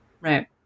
right